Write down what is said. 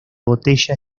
botella